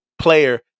player